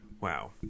wow